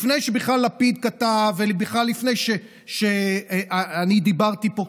לפני שבכלל לפיד כתב ולפני שבכלל שאני דיברתי פה,